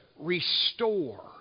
restore